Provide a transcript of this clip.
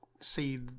see